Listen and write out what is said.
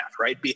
right